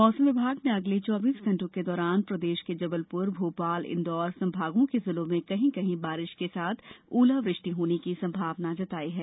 मौसम विभाग ने अगले चौबीस घंटों के दौरान प्रदेश के जबलपुर भोपाल इंदौर संभागों के जिलों में कहीं कहीं बारिश के साथ ओलावृष्टि होने की संभावना जताई है